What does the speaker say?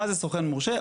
מה זה סוכן מורשה?